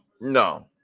No